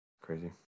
crazy